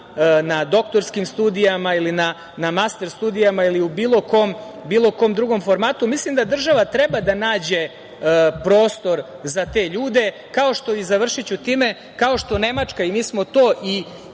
na doktorskim studijama ili na master studijama ili u bilo kom drugom formatu. Mislim da država treba da nađe prostor za te ljude, kao što je Nemačka i mi smo to koristili